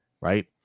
right